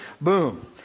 Boom